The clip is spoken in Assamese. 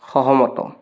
সহমত